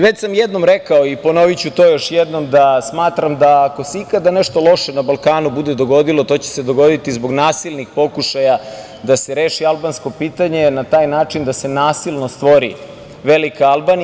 Već sam jednom rekao i ponoviću to još jednom da smatram da, ako se ikada nešto loše na Balkanu bude dogodilo, će se to dogoditi zbog nasilnih pokušaja da se reši albansko pitanje i na taj način da se nasilno stvori velika Albanija.